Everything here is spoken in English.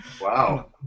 Wow